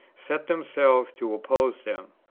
set themselves to oppose them.